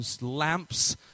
lamps